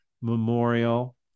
Memorial